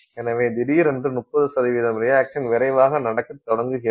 எனவே திடீரென்று 35 ரியாக்சன் விரைவாக நடக்கத் தொடங்குகிறது